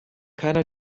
keiner